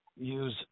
use